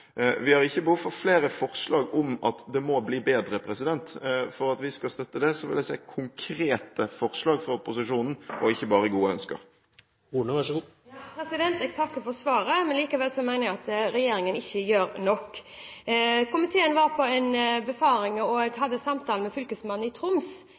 vi organisere det på en annen måte. Vi har ikke behov for flere forslag som går på at det må bli bedre. For at vi skal støtte det, vil jeg se konkrete forslag fra opposisjonen, og ikke bare gode ønsker. Jeg takker for svaret, men mener likevel at regjeringen ikke gjør nok. Komiteen var på en befaring og hadde samtale med fylkesmannen i Troms,